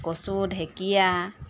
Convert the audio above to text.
কচু ঢেঁকীয়া